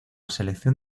selección